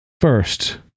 First